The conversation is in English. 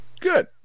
Good